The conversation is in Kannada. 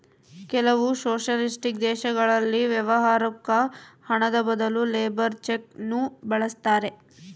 ಕೆಲವು ಸೊಷಲಿಸ್ಟಿಕ್ ದೇಶಗಳಲ್ಲಿ ವ್ಯವಹಾರುಕ್ಕ ಹಣದ ಬದಲು ಲೇಬರ್ ಚೆಕ್ ನ್ನು ಬಳಸ್ತಾರೆ